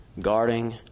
guarding